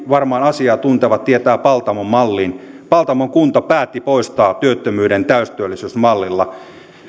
varmaan kaikki asiaa tuntevat tietävät paltamon mallin paltamon kunta päätti poistaa työttömyyden täystyöllisyysmallilla